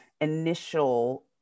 initial